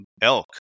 elk